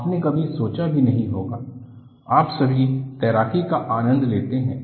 आपने कभी सोचा भी नहीं होगा आप सभी तैराकी का आनंद लेते हैं